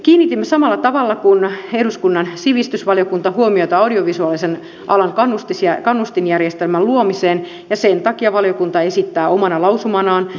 kiinnitimme samalla tavalla kuin eduskunnan sivistysvaliokunta huomiota audiovisuaalisen alan kannustinjärjestelmän luomiseen ja sen takia valiokunta esittää omana lausumanaan